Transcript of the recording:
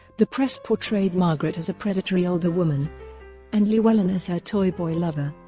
the press portrayed margaret as a predatory older woman and llewellyn as her toyboy lover.